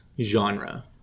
genre